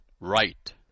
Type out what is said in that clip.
right